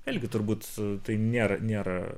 vėlgi turbūt tai nėra nėra